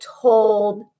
told